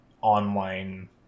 online